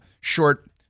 short